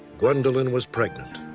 gwendolyn was pregnant.